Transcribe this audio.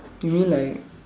you mean like